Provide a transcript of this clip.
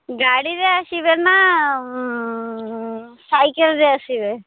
ଗାଡ଼ିରେ ଆସିବେ ନା ସାଇକେଲ୍ରେ ଆସିବେ